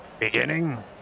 beginning